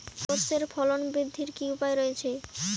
সর্ষের ফলন বৃদ্ধির কি উপায় রয়েছে?